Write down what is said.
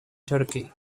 turkey